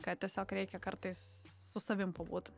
kad tiesiog reikia kartais su savim pabūt